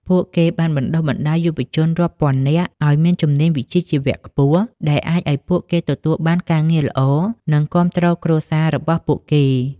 ពួកគេបានបណ្តុះបណ្តាលយុវជនខ្មែររាប់ពាន់នាក់ឱ្យមានជំនាញវិជ្ជាជីវៈខ្ពស់ ដែលអាចឱ្យពួកគេទទួលបានការងារល្អ និងគាំទ្រគ្រួសាររបស់ពួកគេ ។